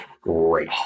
great